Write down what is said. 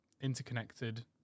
interconnected